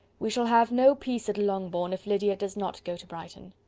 we shall have no peace at longbourn if lydia does not go to brighton.